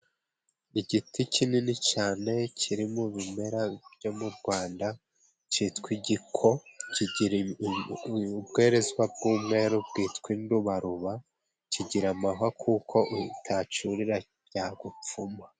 Igiti kinini cyane kiri mu bimera byo mu Rwanda cyitwa Igiko, kigira ubwerezwa bw'umweru bwitwa indubaruba, kigira amahwa kuko utacyurira byagupfuma.